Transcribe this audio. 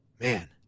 Man